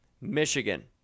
Michigan